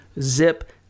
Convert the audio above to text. zip